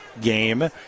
game